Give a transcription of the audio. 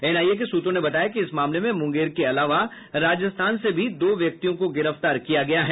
NIA के सूत्रों ने बताया कि इस मामले में मुंगेर के अलावा राजस्थान से भी दो व्यक्तियों को गिरफ्तार किया गया है